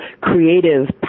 creative